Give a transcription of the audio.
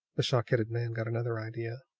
the shock-headed man got another idea.